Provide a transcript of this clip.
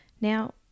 Now